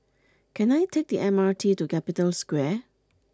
can I take the M R T to Capital Square